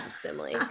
simile